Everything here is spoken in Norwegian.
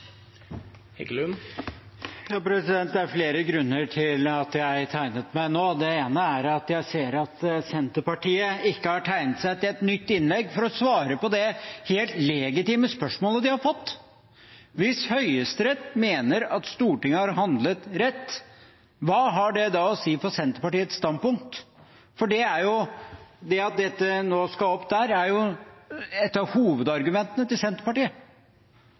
Det er flere grunner til at jeg tegnet meg nå. Den ene er at jeg ser at Senterpartiet ikke har tegnet seg til et nytt innlegg for å svare på det helt legitime spørsmålet de har fått. Hvis Høyesterett mener at Stortinget har handlet rett, hva har det da å si for Senterpartiets standpunkt? Det at dette nå skal opp der, er jo et av hovedargumentene til Senterpartiet.